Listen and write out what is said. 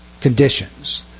conditions